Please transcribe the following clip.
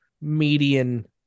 median